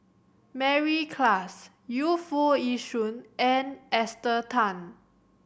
Mary Klass Yu Foo Yee Shoon and Esther Tan